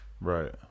Right